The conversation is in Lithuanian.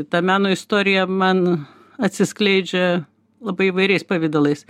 ta meno istorija man atsiskleidžia labai įvairiais pavidalais